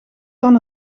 van